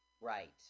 Right